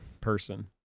person